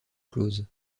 close